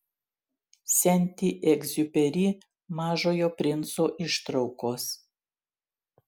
senti egziuperi mažojo princo ištraukos